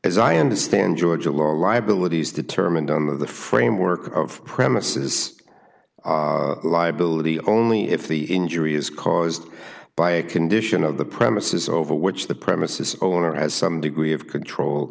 as i understand georgia law liabilities determined on the framework of premises liability only if the injury is caused by a condition of the premises over which the premises owner has some degree of control